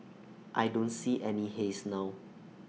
I don't see any haze now